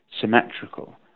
symmetrical